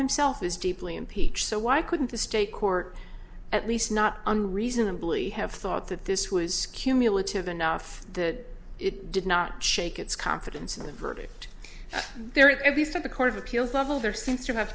himself is deeply impeach so why couldn't the state court at least not unreasonably have thought that this was cumulative enough that it did not shake its confidence in the verdict there at least at the court of appeals level there since you have